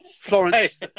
Florence